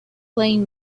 playing